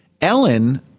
Ellen